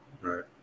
Right